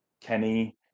Kenny